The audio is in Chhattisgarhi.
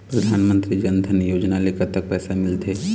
परधानमंतरी जन धन योजना ले कतक पैसा मिल थे?